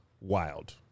Wild